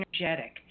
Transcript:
energetic